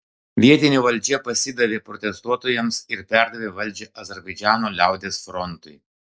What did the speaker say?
vietinė valdžia pasidavė protestuotojams ir perdavė valdžią azerbaidžano liaudies frontui